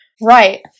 Right